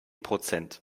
prozent